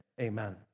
amen